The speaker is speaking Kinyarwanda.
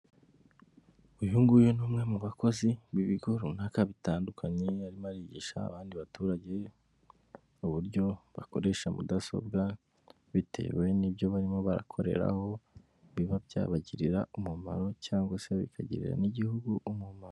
Uyu nguyu ni umwe mu bakozi b'ibigo runaka bitandukanye, arimo arigisha abandi baturage uburyo bakoresha mudasobwa, bitewe n'ibyo barimo barakoreraho biba byabagirira umumaro cyangwa se bikagirira n'igihugu umumaro.